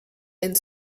and